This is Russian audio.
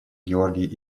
георгий